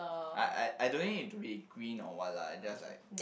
I I I don't need it to be green or what lah I just like